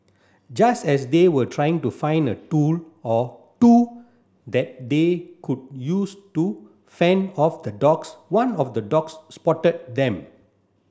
just as they were trying to find a tool or two that they could use to fend off the dogs one of the dogs spotted them